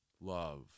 love